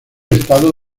estado